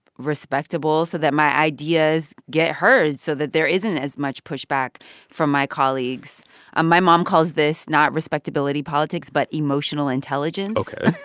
respectable so that my ideas get heard so that there isn't as much pushback from my colleagues. ah my mom calls this, not respectability politics but emotional intelligence ok